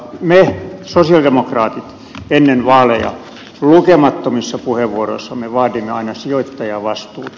me sosialidemokraatit ennen vaaleja lukemattomissa puheenvuoroissamme vaadimme aina sijoittajavastuuta